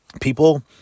People